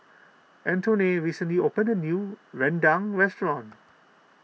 Antone recently opened a new Rendang restaurant